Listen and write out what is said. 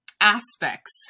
aspects